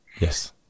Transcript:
Yes